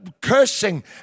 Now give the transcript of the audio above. cursing